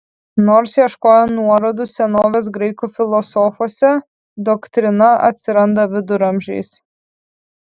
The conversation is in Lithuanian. nors ieškojo nuorodų senovės graikų filosofuose doktrina atsiranda viduramžiais